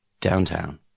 Downtown